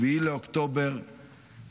ב-7 באוקטובר,